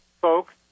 folks